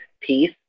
peace